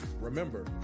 remember